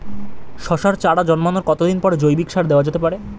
শশার চারা জন্মানোর কতদিন পরে জৈবিক সার দেওয়া যেতে পারে?